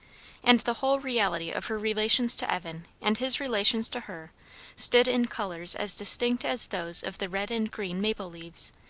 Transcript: and the whole reality of her relations to evan and his relations to her stood in colours as distinct as those of the red and green maple leaves,